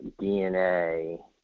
DNA